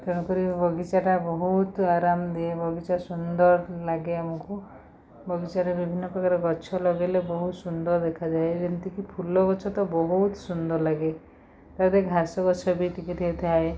ତେଣୁକରି ବଗିଚାଟା ବହୁତ ଆରାମ ଦିଏ ବଗିଚା ସୁନ୍ଦର ଲାଗେ ଆମକୁ ବଗିଚାରେ ବିଭିନ୍ନ ପ୍ରକାର ଗଛ ଲଗେଇଲେ ବହୁତ ସୁନ୍ଦର ଦେଖାଯାଏ ଯେମିତିକି ଫୁଲଗଛ ତ ବହୁତ ସୁନ୍ଦର ଲାଗେ ଘାସଗଛ ବି ଟିକେ ଟିକେ ଥାଏ